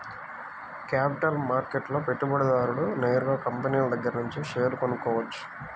capital మార్కెట్లో పెట్టుబడిదారుడు నేరుగా కంపినీల దగ్గరనుంచే షేర్లు కొనుక్కోవచ్చు